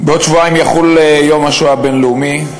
בעוד שבועיים יחול יום השואה הבין-לאומי,